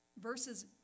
Verses